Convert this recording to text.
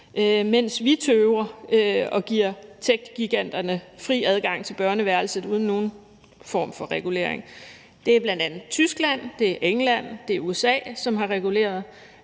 mens vi tøver og giver techgiganterne fri adgang til børneværelset uden nogen form for regulering. Det er bl.a. Tyskland, det er England, og det er USA, som har reguleret,